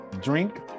Drink